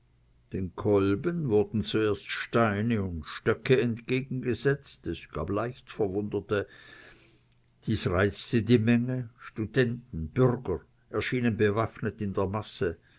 den kolben wurden zuerst steine und stöcke entgegengesetzt es gab leicht verwundete dies reizte die menge studenten bürger erschienen bewaffnet in der masse